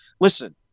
listen